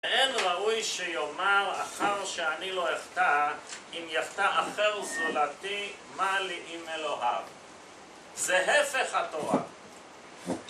ואין ראוי שיאמר אחר שאני לא אפתע, אם יפתע אחר זולתי, מה לי עם אלוהיו? זה הפך התורה.